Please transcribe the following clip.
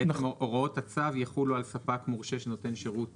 הוראות הצו יחולו על ספק מורשה שנותן שירות